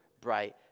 bright